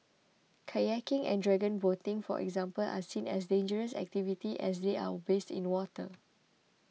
kayaking and dragon boating for example are seen as dangerous activities as they are based in water